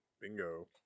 Bingo